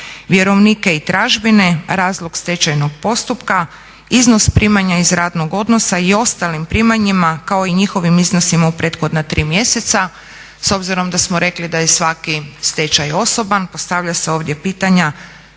vjerovnike i tražbine, razlog stečajnog postupka, iznos primanja iz radnog odnosa i ostalim primanjima kao i njihovim iznosima u prethodna 3 mjeseca. S obzirom da smo rekli da je svaki stečaj osoban postavlja se ovdje pitanje